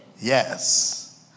Yes